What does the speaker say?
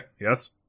Yes